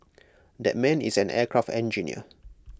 that man is an aircraft engineer